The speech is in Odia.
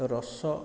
ରସ